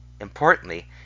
Importantly